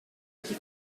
qui